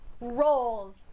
rolls